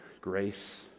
grace